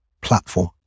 platform